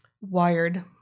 Wired